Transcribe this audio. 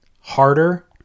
harder